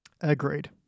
Agreed